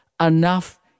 enough